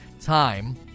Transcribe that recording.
time